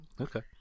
Okay